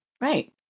Right